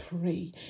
pray